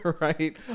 right